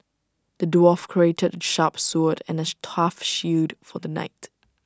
the dwarf crafted A sharp sword and A tough shield for the knight